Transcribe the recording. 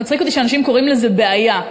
מצחיק אותי שאנשים קוראים לזה בעיה,